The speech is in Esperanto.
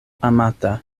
amata